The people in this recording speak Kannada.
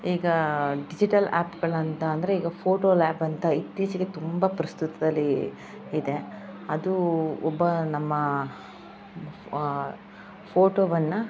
ಈಗ ಡಿಜಿಟಲ್ ಆ್ಯಪ್ಗಳು ಅಂತ ಅಂದರೆ ಈಗ ಫೋಟೋ ಲ್ಯಾಬ್ ಅಂತ ಇತ್ತೀಚಿಗೆ ತುಂಬ ಪ್ರಸ್ತುತದಲ್ಲಿ ಇದೆ ಅದು ಒಬ್ಬ ನಮ್ಮ ಫೋಟೋವನ್ನು